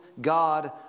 God